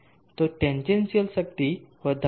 તો ટેન્જેન્શીયલ શક્તિ વધારે છે